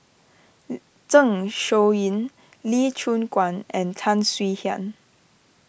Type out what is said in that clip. Zeng Shouyin Lee Choon Guan and Tan Swie Hian